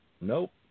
Nope